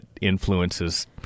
influences